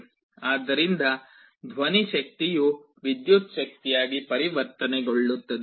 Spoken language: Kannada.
ಆದ್ದರಿಂದ ಧ್ವನಿ ಶಕ್ತಿಯು ವಿದ್ಯುತ್ ಶಕ್ತಿಯಾಗಿ ಪರಿವರ್ತನೆಗೊಳ್ಳುತ್ತದೆ